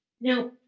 Now